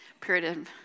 period